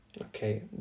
Okay